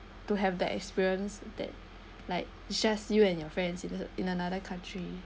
to have that experience that like just you and your friends in this in another country